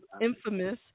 infamous